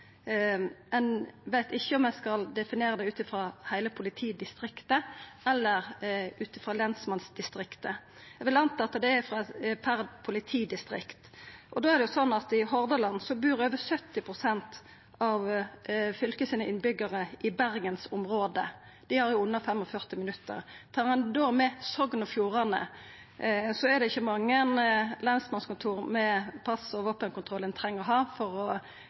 Ein veit ikkje om ein skal definera det ut frå heile politidistriktet eller ut frå lensmannsdistriktet. Eg vil anta at det er per politidistrikt. Da er det slik at i Hordaland fylke bur over 70 pst. av innbyggjarane i Bergensområdet. Det er under 45 minuttar. Tar ein med Sogn og Fjordane, er det ikkje mange lensmannskontor med pass og våpenkontroll ein treng å ha for